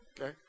Okay